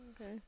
Okay